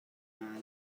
man